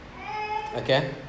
okay